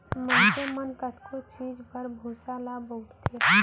मनसे मन कतको चीज बर भूसा ल बउरथे